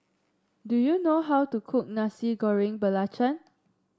do you know how to cook Nasi Goreng Belacan